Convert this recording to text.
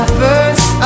first